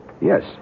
Yes